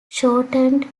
shortened